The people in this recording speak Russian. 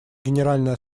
генеральная